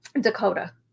Dakota